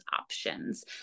options